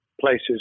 places